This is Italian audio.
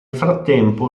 frattempo